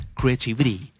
creativity